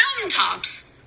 mountaintops